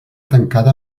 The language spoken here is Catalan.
tancada